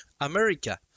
America